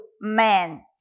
man